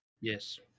Yes